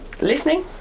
listening